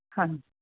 ਹਾਂ